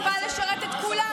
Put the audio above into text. היא באה לשרת את כולם.